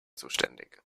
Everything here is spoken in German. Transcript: zuständig